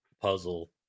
puzzle